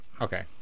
Okay